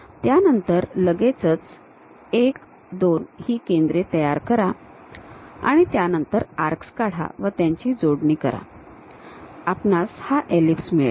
त्यानंतर लगेचच 1 2 ही केंद्रे तयार करा त्यानंतर आर्क्स काढा व त्यांची जोडणी करा आपणास हा एलिप्स मिळेल